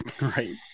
right